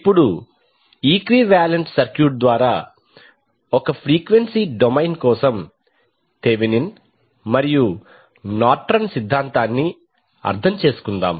ఇప్పుడు equivalent circuit ద్వారా ఒక ఫ్రీక్వెన్సీ డొమైన్ కోసం థెవెనిన్ మరియు నార్టన్ సిద్ధాంతాన్ని అర్థం చేసుకుందాం